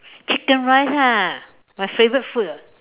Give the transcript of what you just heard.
chicken rice ah my favorite food [what]